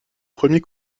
premier